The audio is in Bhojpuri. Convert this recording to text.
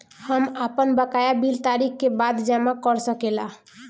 हम आपन बकाया बिल तारीख क बाद जमा कर सकेला?